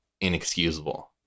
inexcusable